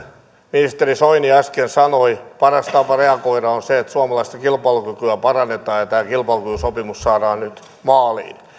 ministeri soini äsken sanoi paras tapa reagoida on se että suomalaista kilpailukykyä parannetaan ja tämä kilpailukykysopimus saadaan nyt maaliin